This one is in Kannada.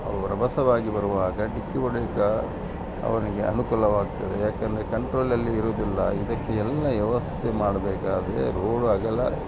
ಅವರು ರಭಸವಾಗಿ ಬರುವಾಗ ಡಿಕ್ಕಿ ಹೊಡೆಯಕ್ಕೆ ಅವನಿಗೆ ಅನುಕೂಲವಾಗ್ತದೆ ಯಾಕೆಂದ್ರೆ ಕಂಟ್ರೋಲಲ್ಲಿ ಇರುವುದಿಲ್ಲ ಇದಕ್ಕೆ ಎಲ್ಲ ವ್ಯವಸ್ಥೆ ಮಾಡಬೇಕಾದ್ರೆ ರೋಡು ಅಗಲ